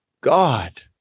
God